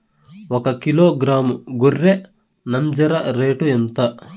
ఒకకిలో గ్రాము గొర్రె నంజర రేటు ఎంత?